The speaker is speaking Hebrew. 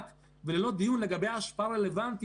לבנות לעצמם חברות ולהתחיל לקבל את זה במבנה של